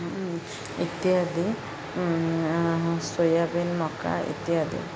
ଇତ୍ୟାଦି ସୋୟାବିନ୍ ମକା ଇତ୍ୟାଦି